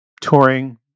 touring